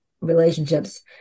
relationships